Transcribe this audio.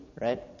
right